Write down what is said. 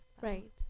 right